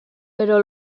pero